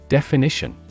Definition